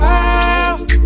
Wow